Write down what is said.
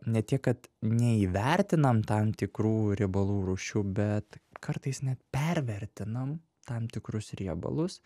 ne tiek kad neįvertinam tam tikrų riebalų rūšių bet kartais net pervertinam tam tikrus riebalus